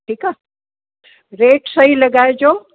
ठीकु आहे रेट सही लॻाएजो